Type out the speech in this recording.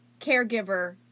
caregiver